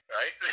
right